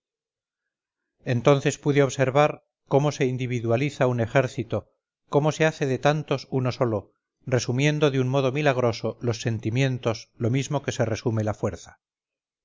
entonces pude observar cómo se individualiza un ejército cómo se hace de tantos uno solo resumiendo de un modo milagroso los sentimientos lo mismo que se resume la fuerza